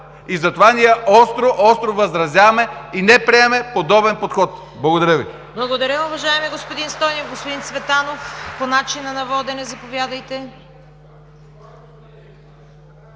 и затова ние остро, остро възразяваме и не приемаме подобен подход. Благодаря Ви.